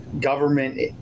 government